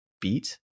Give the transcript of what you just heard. beat